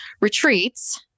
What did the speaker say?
retreats